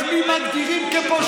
את מי מגדירים כפושע?